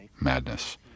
madness